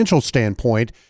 standpoint